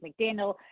McDaniel